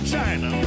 China